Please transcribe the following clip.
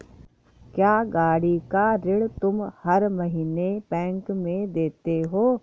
क्या, गाड़ी का ऋण तुम हर महीने बैंक में देते हो?